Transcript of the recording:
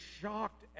shocked